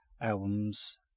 albums